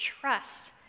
trust